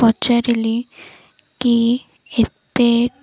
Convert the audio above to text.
ପଚାରିଲି କି ଏତେ